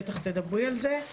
בטח תדברי על זה,